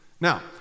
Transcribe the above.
Now